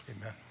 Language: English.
amen